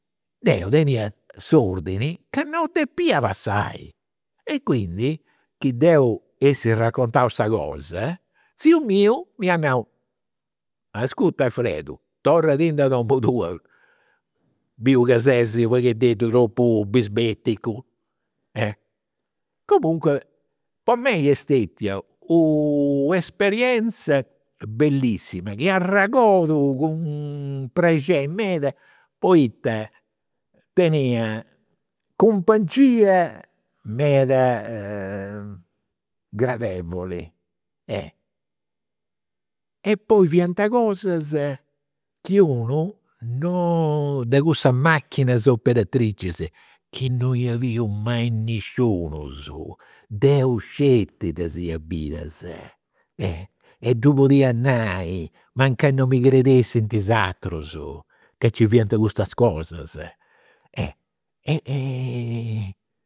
Deu tenia s'ordini ca non depia passai, e quindi chi deu essi raccontau sa cosa, tziu miu m'ia nau, ascurta Alfredo torradindi a domu tua, biu ca ses u' paghededdu tropu bisbeticu. Comunque po mei est stetia u' esperienzia bellissima chi arregodu cun meda, poita tenia cumpangia meda gradevoli. E poi fiant cosa chi unu non, de cussas machinas operatricis chi non ia biu mai nisciunus. Deu sceti ddas ia bidas. E ddu podia nai, mancai non mi credessint is, ca nci fiant custas cosas.